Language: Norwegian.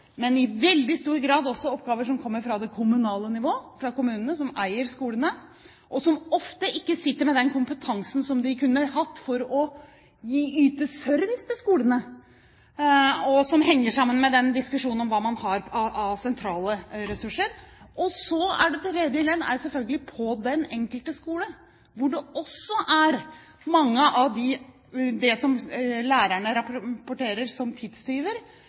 men i veldig stor grad også oppgaver som kommer fra det kommunale nivået, fra kommunene, som eier skolene, og som ofte ikke sitter med den kompetansen som de kunne hatt for å yte service til skolene, og som henger sammen med diskusjonen om hva man har av sentrale ressurser. Det tredje leddet er selvfølgelig den enkelte skole, hvor mye av det som lærerne rapporterer som